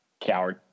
Coward